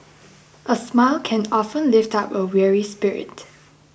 a smile can often lift up a weary spirit